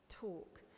talk